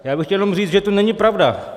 Já bych chtěl jenom říct, že to není pravda.